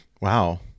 Wow